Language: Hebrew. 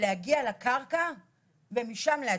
להגיע לקרקע ואז משם להתחיל.